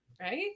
Right